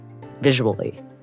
visually